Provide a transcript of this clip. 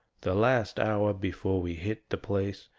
the last hour before we hit the place,